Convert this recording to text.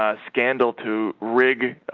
ah scandal to reagan ah.